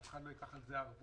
אף אחד לא ייקח על זה ערבות,